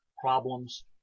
problems